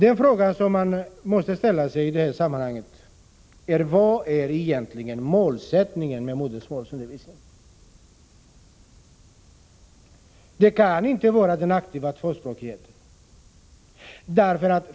En fråga som man måste ställa sig i det här sammanhanget är: Vilken är egentligen målsättningen med modersmålsundervisningen? Det kan inte vara den aktiva tvåspråkigheten.